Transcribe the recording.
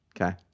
Okay